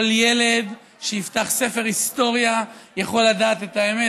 כל ילד שיפתח ספר היסטוריה יכול לדעת את האמת,